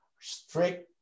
strict